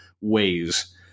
Ways